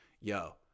Yo